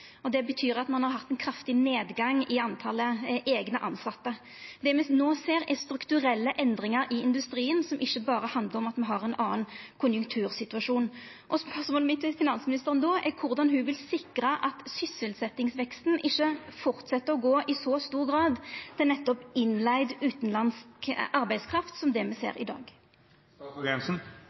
det. Det betyr at ein har hatt ein kraftig nedgang i talet på eigne tilsette. Det me no ser, er strukturelle endringar i industrien, som ikkje berre handlar om at me har ein annan konjunktursituasjon. Spørsmålet mitt til finansministeren då er korleis ho vil sikra at sysselsetjingsveksten ikkje fortset å gå i så stor grad til nettopp innleigd utanlandsk arbeidskraft som det me ser i